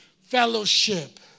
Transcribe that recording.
Fellowship